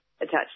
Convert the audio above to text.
attached